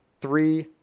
Three